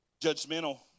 judgmental